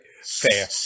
Fair